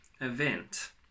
event